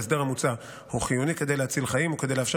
ההסדר המוצע הוא חיוני כדי להציל חיים וכדי לאפשר